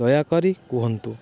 ଦୟାକରି କୁହନ୍ତୁ